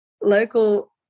local